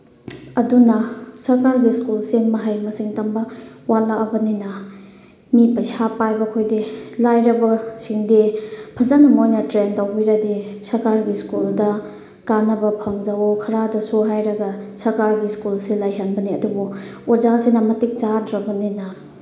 ꯑꯗꯨꯅ ꯁꯔꯀꯥꯔꯒꯤ ꯁ꯭ꯀꯨꯜꯁꯦ ꯃꯍꯩ ꯃꯁꯤꯡ ꯇꯝꯕ ꯋꯥꯠꯂꯛꯑꯕꯅꯤꯅ ꯃꯤ ꯄꯩꯁꯥ ꯄꯥꯏꯕ ꯈꯣꯏꯗꯤ ꯂꯥꯏꯔꯕꯁꯤꯡꯗꯤ ꯐꯖꯅ ꯃꯣꯏꯅ ꯇ꯭ꯔꯦꯟ ꯇꯧꯕꯤꯔꯗꯤ ꯁꯔꯀꯥꯔꯒꯤ ꯁ꯭ꯀꯨꯜꯗ ꯀꯥꯟꯅꯕ ꯐꯪꯖꯧꯋꯣ ꯈꯔꯗꯁꯨ ꯍꯥꯏꯔꯒ ꯁꯔꯀꯥꯔꯒꯤ ꯁ꯭ꯀꯨꯜꯁꯦ ꯂꯩꯍꯟꯕꯅꯦ ꯑꯗꯨꯕꯨ ꯑꯣꯖꯥꯁꯤꯅ ꯃꯇꯤꯛ ꯆꯥꯗ꯭ꯔꯕꯅꯤꯅ